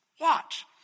Watch